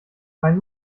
freien